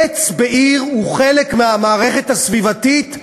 עץ בעיר הוא חלק מהמערכת הסביבתית,